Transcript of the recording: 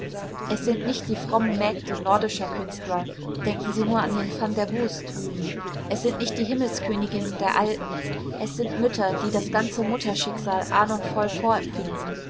es sind nicht die frommen mägde nordischer künstler denken sie nur an den van der goes drüben es sind nicht die himmelsköniginnen der alten es sind mütter die das ganze mutterschicksal ahnungsvoll vorempfinden